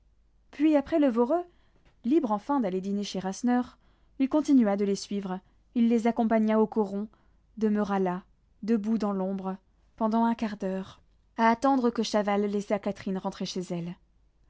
puis après le voreux libre enfin d'aller dîner chez rasseneur il continua de les suivre il les accompagna au coron demeura là debout dans l'ombre pendant un quart d'heure à attendre que chaval laissât catherine rentrer chez elle